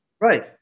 Right